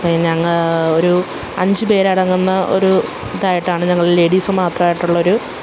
ഒരു അഞ്ച് പേരടങ്ങുന്ന ഒരു ഇതായിട്ടാണ് ഞങ്ങൾ ലേഡീസ് മാത്രമായിട്ടുള്ളൊരു